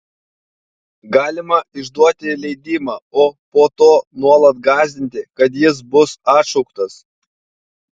galima išduoti leidimą o po to nuolat gąsdinti kad jis bus atšauktas